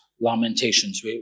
Lamentations